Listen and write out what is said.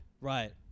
Right